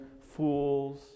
fools